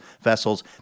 vessels